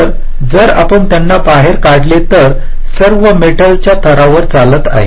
तर जर आपण त्यांना बाहेर काढले तर हे सर्व मेटलच्या थरांवर चालत आहे